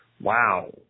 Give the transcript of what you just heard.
Wow